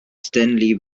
stanley